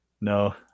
no